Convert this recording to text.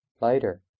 lighter